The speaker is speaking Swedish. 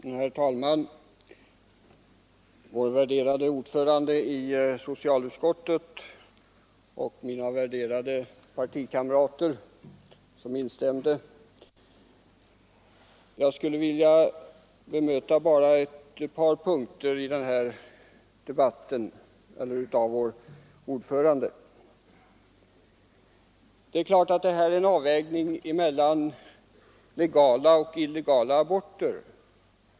Herr talman! Jag skall, värderade ordförande i socialutskottet och värderade partikamrater som instämde, bara bemöta utskottets ordförande på en punkt. Vi har givetvis här att göra med en avvägning mellan legala och illegala aborter.